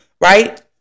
right